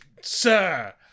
sir